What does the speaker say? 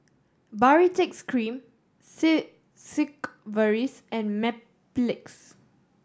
Baritex Cream Sigvaris and Mepilex